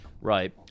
Right